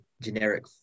generic